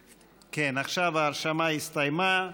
כן, עכשיו ההרשמה הסתיימה.